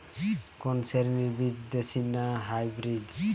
কোন শ্রেণীর বীজ দেশী না হাইব্রিড?